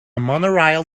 monorail